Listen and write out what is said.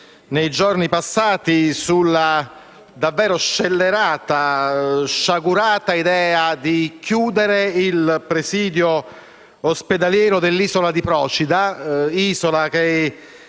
nei giorni passati, sulla a dir poco scellerata e sciagurata idea di chiudere il presidio ospedaliero dell'isola di Procida.